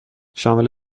شامل